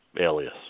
alias